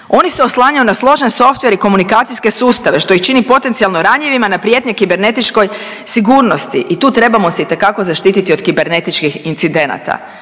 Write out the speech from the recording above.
Oni se oslanjaju na složen softver i komunikacijske sustave što ih čini potencijalno ranjivima na prijetnje kibernetičkoj sigurnosti i tu trebamo se itekako zaštiti od kibernetičkih incidenata.